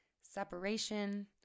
separation